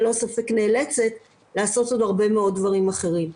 ללא ספק נאלצת לעשות עוד הרבה מאוד דברים אחרים.